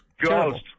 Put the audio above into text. Ghost